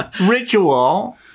Ritual